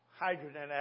Hydrogen